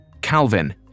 Calvin